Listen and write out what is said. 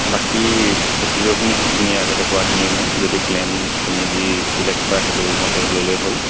বাকী প্ৰচিডিউৰখিনি সেইখিনিয়েই আগতে কোৱাখিনিয়েই মোৰ যদি প্লেন তুমি যি চিলেক্ট কৰা সেইটোমতে ল'লেই হ'ল